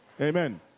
Amen